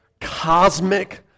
cosmic